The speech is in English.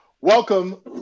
Welcome